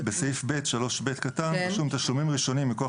בסעיף קטן (3ב) כתוב: תשלומים ראשונים מכוח